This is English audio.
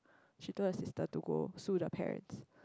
she told the sister to go sue the parents